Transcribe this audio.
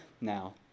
now